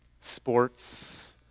sports